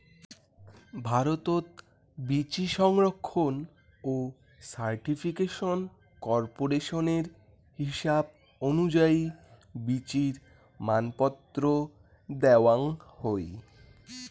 ভারতত বীচি সংরক্ষণ ও সার্টিফিকেশন কর্পোরেশনের হিসাব অনুযায়ী বীচির মানপত্র দ্যাওয়াং হই